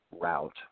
route